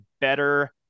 better